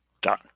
done